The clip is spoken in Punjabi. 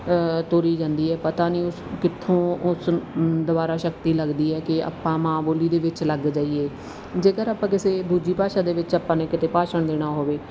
ਤੋਰੀ ਜਾਂਦੀ ਹੈ ਪਤਾ ਨਹੀਂ ਉਹ ਕਿੱਥੋਂ ਉਸ ਦੁਆਰਾ ਸ਼ਕਤੀ ਲੱਗਦੀ ਹੈ ਕਿ ਆਪਾਂ ਮਾਂ ਬੋਲੀ ਦੇ ਵਿੱਚ ਲੱਗ ਜਾਈਏ ਜੇਕਰ ਆਪਾਂ ਕਿਸੇ ਦੂਜੀ ਭਾਸ਼ਾ ਦੇ ਵਿੱਚ ਆਪਾਂ ਨੇ ਕਿਤੇ ਭਾਸ਼ਣ ਦੇਣਾ ਹੋਵੇ